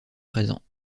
présents